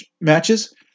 matches